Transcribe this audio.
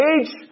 age